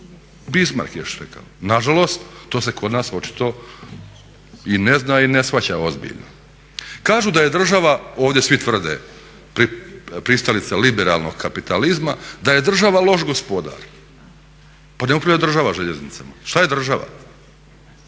Bismarck je još rekao. Nažalost, to se kod nas očito i ne zna i ne shvaća ozbiljno. Kažu da je država, ovdje svi tvrde, pristalica liberalnog kapitalizma, da je država loš gospodar. Pa ne upravlja država željeznicama. Šta je država?